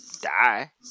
die